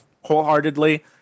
wholeheartedly